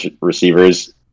receivers